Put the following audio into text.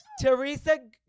Teresa